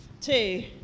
two